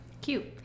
cute